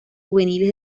juveniles